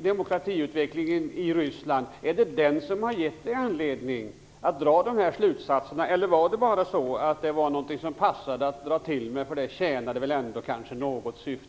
demokratiska utvecklingen i Ryssland - är det den som har gett Jan Jennehag anledning att dra dessa slutsatser? Eller var det bara något som det passade att dra till med därför att det kanske ändå tjänade något syfte?